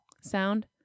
sound